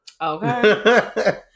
Okay